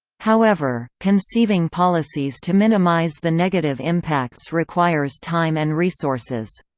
however, conceiving policies to minimize the negative impacts requires time and resources.